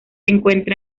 encuentra